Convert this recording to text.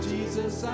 Jesus